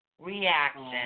reaction